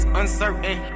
uncertain